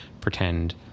pretend